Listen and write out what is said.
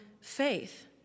faith